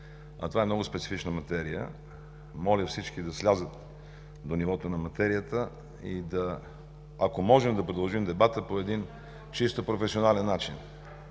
Това е много специфична материя и моля всички да слязат до нивото на материята и, ако можем, да продължим дебата по чисто професионален начин.